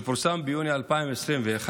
שפורסם ביוני 2021,